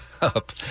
up